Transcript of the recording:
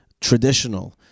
traditional